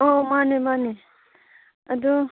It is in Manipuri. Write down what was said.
ꯑꯣ ꯃꯥꯅꯦ ꯃꯥꯅꯦ ꯑꯗꯣ